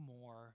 more